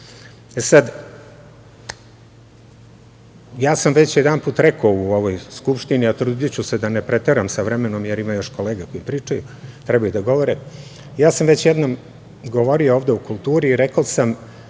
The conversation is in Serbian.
nadoknadu. Ja sam već jedanput rekao u ovoj Skupštini, a trudiću se da ne preteram sa vremenom, jer ima još kolega koji trebaju da govore, ja sam već jednom govorio ovde o kulturi i rekao sam